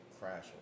crash